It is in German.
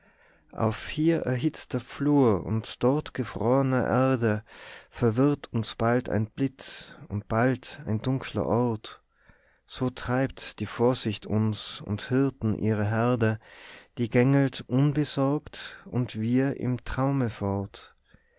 auf hier erhitzter flur und dort gefrorner erde verwirrt uns bald ein blitz und bald ein dunkler ort so treibt die vorsicht uns und hirten ihre herde die gängelt unbesorgt und wir im träume fort